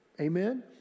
Amen